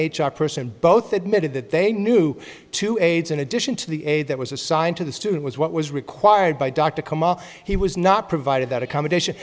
r person both admitted that they knew to aids in addition to the aid that was assigned to the student was what was required by doctor he was not provided that accommodation